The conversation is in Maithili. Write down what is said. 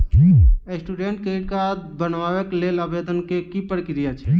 स्टूडेंट क्रेडिट कार्ड बनेबाक लेल आवेदन केँ की प्रक्रिया छै?